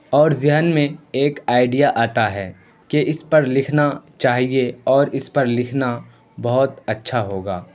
اور ذہن میں ایک آئیڈیا آتا ہے کہ اس پر لکھنا چاہیے اور اس پر لکھنا بہت اچھا ہوگا